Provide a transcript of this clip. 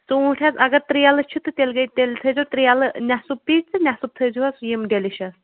ژوٗنٹھۍ حظ اگر ترٛیلہٕ چھِ تہٕ تیٚلہِ گٔیہِ تیٚلہِ تھٲوزیٚو ترٛیلہٕ نیٚصٕف پیٖٹۍ تہٕ نیٚصٕف تھٲوزِہوٚس یِم ڈیٚلِشیس